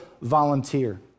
volunteer